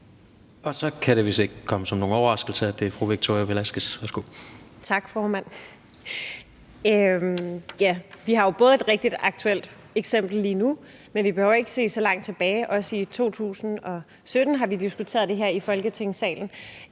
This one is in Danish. Så kan det vist ikke komme som nogen overraskelse, at det er fru Victoria Velasquez. Værsgo. Kl. 19:38 Victoria Velasquez (EL): Tak, formand. Vi har jo et rigtig aktuelt eksempel lige nu, men vi behøver ikke se så langt tilbage. Også i 2017 har vi diskuteret det her i Folketingssalen.